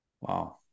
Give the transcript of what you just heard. Wow